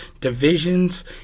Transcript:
divisions